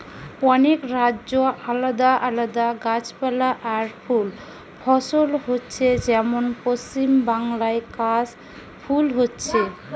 অনেক রাজ্যে আলাদা আলাদা গাছপালা আর ফুল ফসল হচ্ছে যেমন পশ্চিমবাংলায় কাশ ফুল হচ্ছে